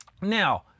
now